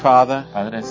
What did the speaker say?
Father